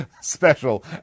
special